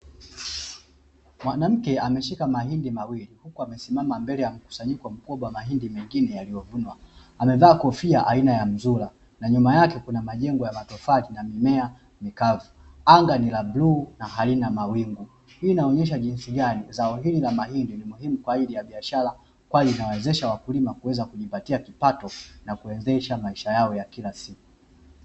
Mwanamke ameshika mahindi mawili huku amesimama mbele ya mkusanyiko mkubwa wa mahindi mengine yaliyovunwa. Amevaa kofia aina ya mzula na nyuma yake kuna majengo ya matofali na mimea mikavu. Anga ni la bluu na halina mawingu hii inaonyesha njinsi gani zao hili la mahindi ni muhimu kwa ajili ya biashara kwani linawawezesha wakulima kujipatia kipato na kuendesha maisha yao ya kila siku.